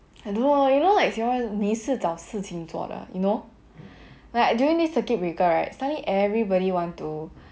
I don't know lor you know like singapore 没事找事情做的 you know like during the circuit breaker right suddenly everybody want to